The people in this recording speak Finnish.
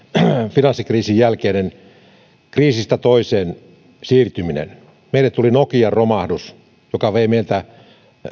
finanssikriisin jälkeinen kriisistä toiseen siirtyminen meille tuli nokian romahdus joka vei meiltä